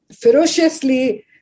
ferociously